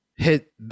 hit